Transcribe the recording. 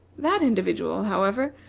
that individual, however,